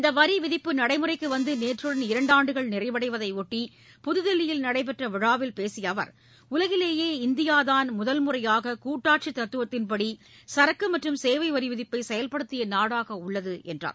இந்த வரிவிதிப்பு நடைமுறைக்கு வந்து நேற்றுடன் இரண்டாண்டுகள் நிறைவடைவதையொட்டி புதுதில்லியில் நடைபெற்ற விழாவில் பேசிய அவர் உலகிலேயே இந்தியா தான் முதன்முறையாக கூட்டாட்சி தத்துவத்தின்படி சரக்கு மற்றும் சேவை வரி விதிப்பை செயல்படுத்திய நாடாக உள்ளது என்றார்